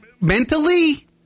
mentally